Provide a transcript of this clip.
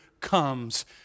comes